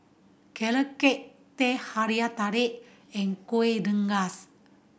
Carrot Cake Teh Halia Tarik and Kueh Rengas